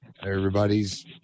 everybody's